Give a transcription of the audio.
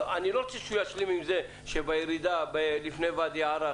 אני לא רוצה שהוא ישלים עם זה שבירידה לפני ואדי ערה,